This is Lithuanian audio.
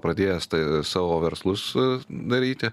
pradėjęs savo verslus daryti